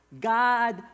God